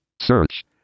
Search